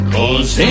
Cause